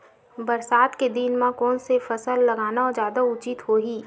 बरसात के दिन म कोन से फसल लगाना जादा उचित होही?